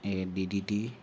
এই D D T